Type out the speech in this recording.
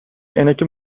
عینک